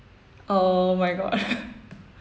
oh my god